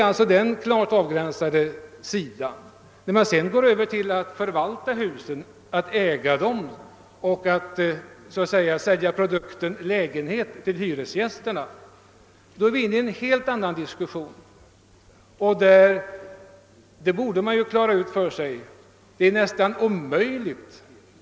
Går vi sedan över till förvaltning av husen, ägandet av dem och så att säga försäljning av produkten lägenhet till hyresgästerna, kommer vi in på en helt annan sak.